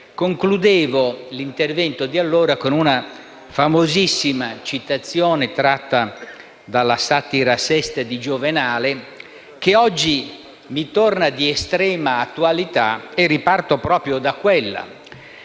concludevo l'intervento di allora con una famosissima citazione tratta dalla VI Satira di Giovenale che oggi torna di estrema attualità e riparto da quella: